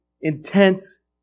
intense